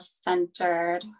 centered